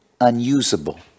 unusable